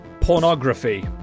pornography